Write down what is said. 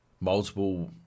multiple